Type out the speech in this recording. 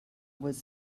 was